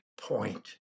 point